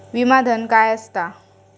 विमा धन काय असता?